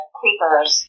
creepers